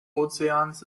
ozeans